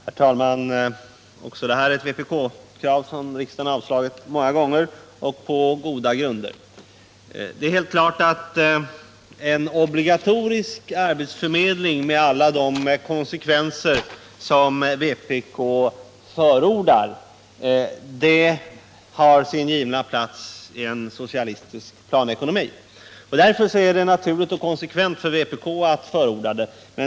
Herr talman! Också detta är ett vpk-krav som riksdagen har avslagit många gånger och på goda grunder. Det är helt klart att en obligatorisk arbetsförmedling med alla dess konsekvenser, som vpk förordar, har sin givna plats i en socialistisk planekonomi. Därför är det naturligt och konsekvent för vpk att förorda ett sådant förslag.